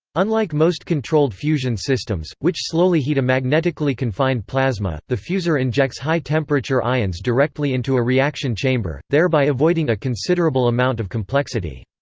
unlike most controlled fusion systems, which slowly heat a magnetically confined plasma, the fusor injects high temperature ions directly into a reaction chamber, thereby avoiding a considerable amount of complexity.